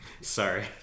Sorry